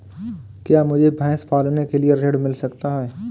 क्या मुझे भैंस पालने के लिए ऋण मिल सकता है?